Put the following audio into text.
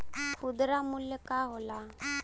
खुदरा मूल्य का होला?